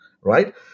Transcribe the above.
right